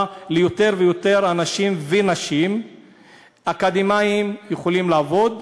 ליותר ויותר אנשים ונשים אקדמאים שיכולים לעבוד.